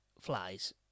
flies